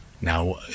Now